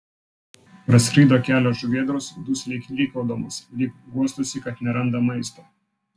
praskrido kelios žuvėdros dusliai klykaudamos lyg guostųsi kad neranda maisto